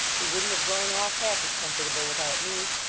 he wouldn't have gone off half as comfortable without me.